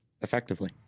effectively